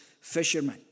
fishermen